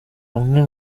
amwe